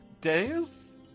Days